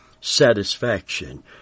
satisfaction